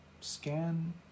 scan